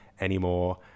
anymore